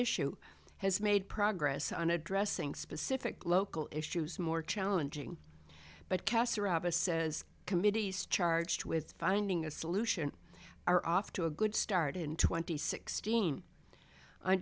issue has made progress on addressing specific local issues more challenging but cassar aba says committees charged with finding a solution are off to a good start in twenty sixteen